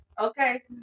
Okay